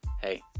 hey